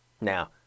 Now